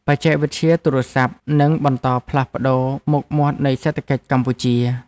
បច្ចេកវិទ្យាទូរស័ព្ទនឹងបន្តផ្លាស់ប្តូរមុខមាត់នៃសេដ្ឋកិច្ចកម្ពុជា។